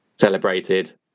celebrated